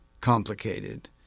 complicated